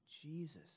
Jesus